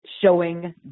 showing